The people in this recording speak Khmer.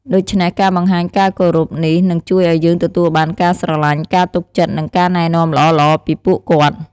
ដូច្នេះ ការបង្ហាញការគោរពនេះ នឹងជួយឱ្យយើងទទួលបាន ការស្រឡាញ់ ការទុកចិត្ត និងការណែនាំល្អៗពីពួកគាត់។